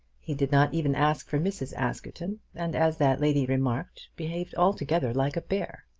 he did not even ask for mrs. askerton, and as that lady remarked, behaved altogether like a bear.